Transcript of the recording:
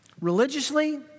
Religiously